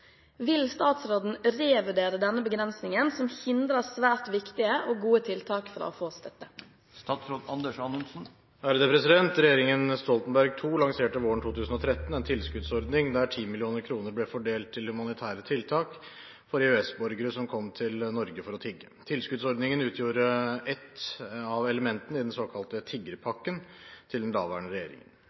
Vil statsråden revurdere denne begrensningen, som hindrer svært viktige og gode tiltak fra å få støtte?» Regjeringen Stoltenberg II lanserte våren 2013 en tilskuddsordning der 10 mill. kr ble fordelt til humanitære tiltak for EØS-borgere som kom til Norge for å tigge. Tilskuddsordningen utgjorde et av elementene i den såkalte tiggerpakken til den daværende regjeringen.